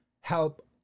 help